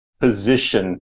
position